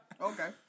Okay